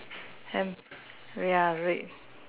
hang ya red